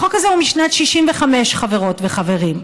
החוק הזה הוא משנת 1965, חברות וחברים.